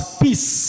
peace